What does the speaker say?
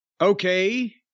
okay